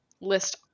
list